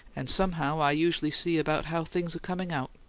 and somehow i usually see about how things are coming out.